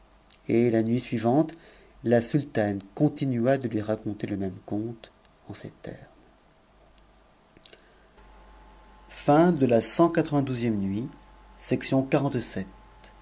et la nuit suivante la sultane connnua de lui raconter le même conte en ces termes cxcih nu